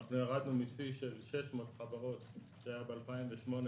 ירדנו משיא של 600 חברות שהיה ב-2008